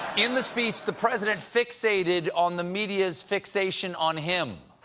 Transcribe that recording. in the speech, the president fixated on the media's fixation on him.